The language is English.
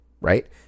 right